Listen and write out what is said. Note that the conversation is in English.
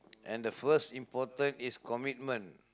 and the first important is commitment